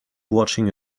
watching